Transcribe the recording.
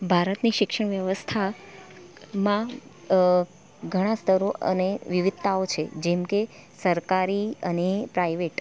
ભારતની શિક્ષણ વ્યવસ્થામાં ઘણાં સ્તરો અને વિવિધતાઓ છે જેમકે સરકારી અને પ્રાઇવેટ